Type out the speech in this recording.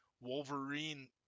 Wolverine